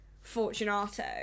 Fortunato